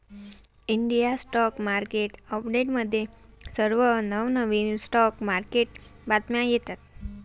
India stock market अपडेट्समध्ये सर्व नवनवीन स्टॉक मार्केट बातम्या येतात